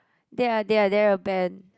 they are they are they're a band